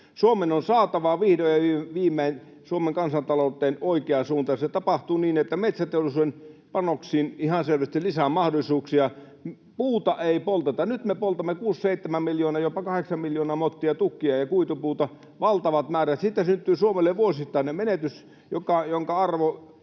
Suomen on saatava vihdoin ja viimein Suomen kansantalous oikeaan suuntaan, ja se tapahtuu niin, että metsäteollisuuden panoksiin ihan selvästi lisää mahdollisuuksia, ja puuta ei polteta. Nyt me poltamme kuusi seitsemän miljoonaa, jopa kahdeksan miljoonaa mottia tukkia ja kuitupuuta — valtavat määrät. Siitä syntyy Suomelle vuosittainen menetys, jonka arvo